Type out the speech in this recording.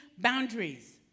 boundaries